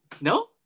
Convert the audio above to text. no